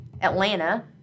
Atlanta